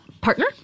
partner